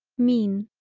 mean.